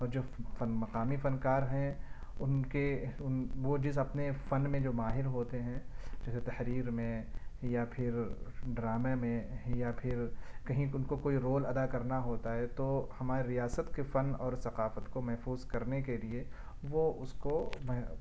اور جو مقامی فنکار ہیں ان کے ان وہ جس اپنے فن میں جو ماہر ہوتے ہیں جیسے تحریر میں یا پھر ڈرامے میں یا پھر کہیں ان کو کوئی رول ادا کرنا ہوتا ہے تو ہماری ریاست کے فن اور ثقافت کو محفوظ کرنے کے لیے وہ اس کو مہ